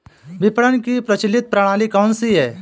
विपणन की प्रचलित प्रणाली कौनसी है?